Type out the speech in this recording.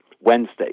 Wednesday